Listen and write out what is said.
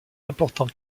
important